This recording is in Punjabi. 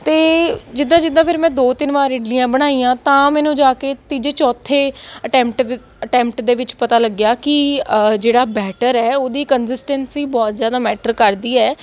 ਅਤੇ ਜਿੱਦਾਂ ਜਿੱਦਾਂ ਫਿਰ ਮੈਂ ਦੋ ਤਿੰਨ ਵਾਰ ਇਡਲੀਆਂ ਬਣਾਈਆਂ ਤਾਂ ਮੈਨੂੰ ਜਾ ਕੇ ਤੀਜੇ ਚੌਥੇ ਅਟੈਮਟ ਦ ਅਟੈਮਟ ਦੇ ਵਿੱਚ ਪਤਾ ਲੱਗਿਆ ਕਿ ਜਿਹੜਾ ਬੈਟਰ ਹੈ ਉਹਦੀ ਕੰਸਿਸਟੈਂਸੀ ਬਹੁਤ ਜ਼ਿਆਦਾ ਮੈਟਰ ਕਰਦੀ ਹੈ